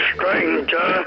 Stranger